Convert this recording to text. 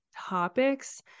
topics